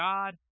God